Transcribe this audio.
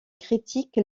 critique